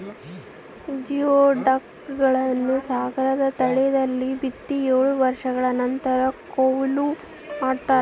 geoduck ಗಳನ್ನು ಸಾಗರದ ತಳದಲ್ಲಿ ಬಿತ್ತಿ ಏಳು ವರ್ಷಗಳ ನಂತರ ಕೂಯ್ಲು ಮಾಡ್ತಾರ